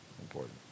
important